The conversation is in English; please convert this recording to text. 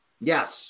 Yes